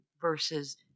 versus